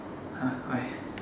!huh! why